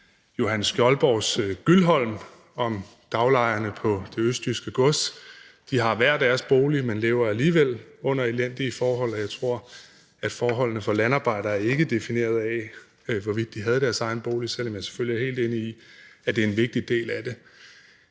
Johan Skjoldborgs »Gyldholm« om daglejerne på det østjyske gods. De har hver deres bolig, men lever alligevel under elendige forhold, og jeg tror, at forholdene for landarbejderne ikke var defineret af, hvorvidt de havde deres egen bolig, selv om jeg selvfølgelig er helt enig i, at det er en vigtig del af det.